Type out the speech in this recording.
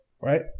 right